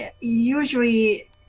usually